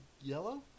Yellow